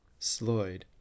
Sloyd